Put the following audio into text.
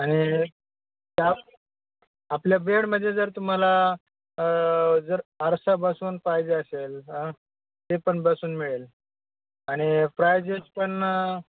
आणि त्या आपल्या बेडमध्ये जर तुम्हाला जर आरसा बसवून पाहिजे असेल तेपण बसवून मिळेल आणि प्रायजेस पण